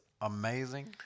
amazing